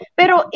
pero